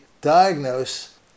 diagnose